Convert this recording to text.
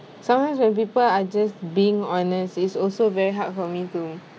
sometimes when people are just being honest it's also very hard for me to